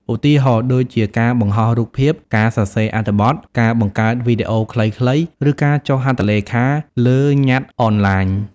ឧទាហរណ៍ដូចជា ការបង្ហោះរូបភាព ការសរសេរអត្ថបទ ការបង្កើតវីដេអូខ្លីៗ ឬការចុះហត្ថលេខាលើញត្តិអនឡាញ។